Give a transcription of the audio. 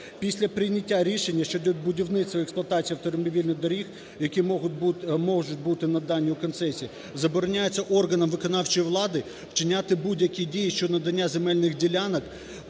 Після прийняття рішення щодо будівництва, експлуатації автомобільних доріг, які можуть бути надані в концесію, забороняється органам виконавчої влади вчиняти будь-які дії щодо надання земельних ділянок,